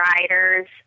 riders